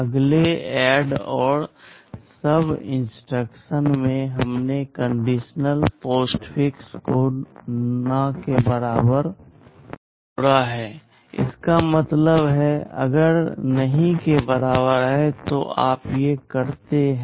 अगले ADD और SUB instructions में हमने कंडीशनल पोस्टफिक्स को न के बराबर जोड़ा है इसका मतलब है अगर नहीं के बराबर है तो आप ये करते हैं